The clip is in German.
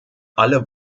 alle